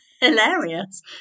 hilarious